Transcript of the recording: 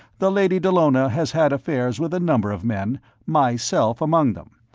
the lady dallona has had affairs with a number of men, myself among them.